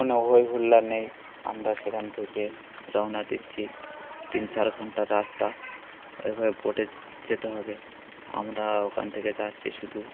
কোনো হই হল্লা নেই আমরা সেখান থেকে রওনা দিচ্ছি তিন চার ঘন্টা রাস্তা ওইভাবে বোটে যেতে হবে আমরা ওখান থেকে যাচ্ছি শুধু